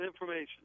information